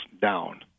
down